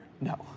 No